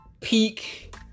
peak